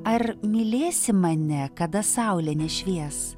ar mylėsi mane kada saulė nešvies